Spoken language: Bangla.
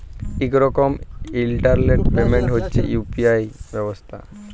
ইক রকমের ইলটারলেট পেমেল্ট হছে ইউ.পি.আই ব্যবস্থা